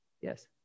yes